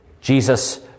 Jesus